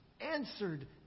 answered